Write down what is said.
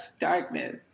darkness